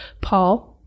Paul